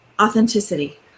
authenticity